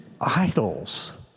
idols